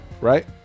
Right